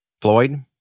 Floyd